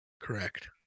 Correct